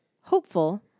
hopeful